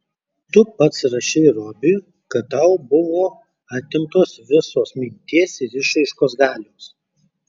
tu pats rašei robiui kad tau buvo atimtos visos minties ir išraiškos galios